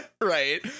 Right